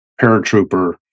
paratrooper